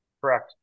Correct